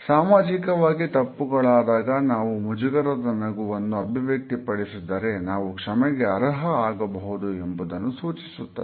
ಸಾಮಾಜಿಕವಾಗಿ ತಪ್ಪುಗಳಾದಾಗ ನಾವು ಮುಜುಗರದ ನಗುವನ್ನು ಅಭಿವ್ಯಕ್ತಿ ಪಡಿಸಿದರೆ ನಾವು ಕ್ಷಮೆಗೆ ಅರ್ಹ ಆಗಬಹುದು ಎಂಬುದನ್ನು ಸೂಚಿಸುತ್ತದೆ